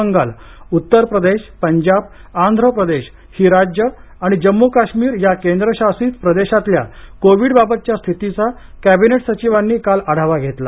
बंगाल उत्तर प्रदेश पंजाब आंध्र प्रदेश ही राज्य आणि जम्मू काश्मीर या केंद्रशासित प्रदेशातल्या कोविडबाबतच्या स्थितीचा कॅबिनेट सचिवांनी काल आढावा घेतला